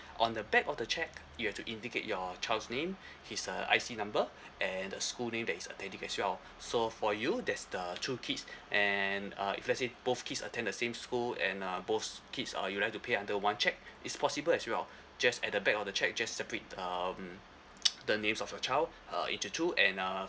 on the back of the cheque you have to indicate your child's name his uh I_C number and the school name that he's attending as well so for you that's the two kids and uh if let's say both kids attend the same school and uh both kids uh you'd like to pay under one cheque it's possible as well just at the back of the cheque just separate um the names of your child uh into two and uh